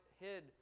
hid